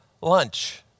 lunch